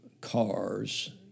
cars